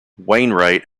wainwright